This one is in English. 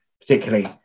particularly